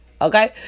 Okay